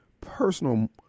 personal